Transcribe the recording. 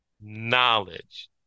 knowledge